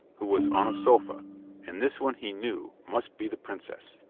who was on a sofa and this one, he knew, must be the princess.